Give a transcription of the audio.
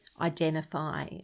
identify